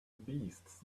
beasts